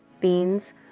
beans